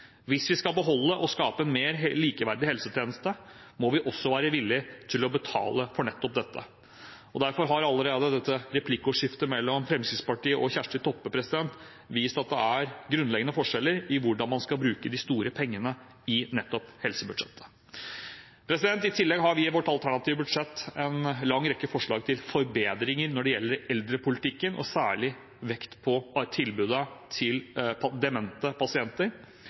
Hvis vi skal beholde og skape en mer likeverdig helsetjeneste, må vi også være villig til å betale for nettopp dette. Derfor har allerede dette replikkordskiftet mellom Fremskrittspartiet og Kjersti Toppe vist at det er grunnleggende forskjeller i hvordan man skal bruke de store pengene i helsebudsjettet. I tillegg har vi i vårt alternative budsjett en lang rekke forslag til forbedringer i eldrepolitikken, med særlig vekt på tilbudet til demente pasienter,